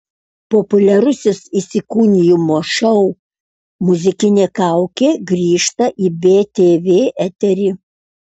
populiarusis įsikūnijimų šou muzikinė kaukė grįžta į btv eterį